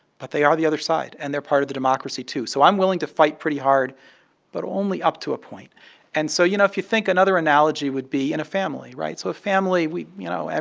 but they are the other side, and they're part of the democracy, too, so i'm willing to fight pretty hard but only up to a point and so, you know, if you think, another analogy would be in a family, right? so a family, we you know,